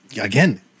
again